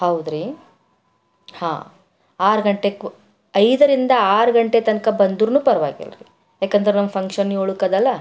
ಹೌದು ರೀ ಹಾಂ ಆರು ಗಂಟೆಗೆ ಐದರಿಂದ ಆರು ಗಂಟೆ ತನಕ ಬಂದರೂ ಪರವಾಗಿಲ್ಲ ರಿ ಯಾಕಂದ್ರೆ ನಮ್ಮ ಫಂಕ್ಷನ್ ಏಳಕ್ಕೆ ಅದಲ್ಲಾ